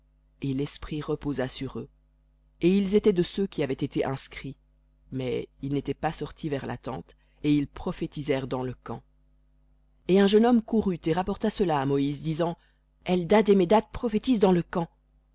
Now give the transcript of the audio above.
et l'esprit reposa sur eux et ils étaient de ceux qui avaient été inscrits mais ils n'étaient pas sortis vers la tente et ils prophétisèrent dans le camp et un jeune homme courut et rapporta cela à moïse disant eldad et médad prophétisent dans le camp